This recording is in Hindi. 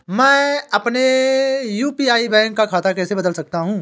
मैं अपने यू.पी.आई का बैंक खाता कैसे बदल सकता हूँ?